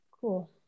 Cool